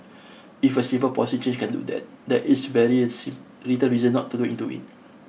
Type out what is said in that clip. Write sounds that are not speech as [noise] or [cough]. if a simple policy change can do that there is very [unintelligible] little reason not to look into it